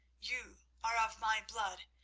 you are of my blood,